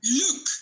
look